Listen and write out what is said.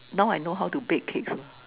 now I know how to bake cakes well